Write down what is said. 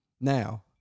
Now